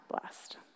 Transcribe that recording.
blessed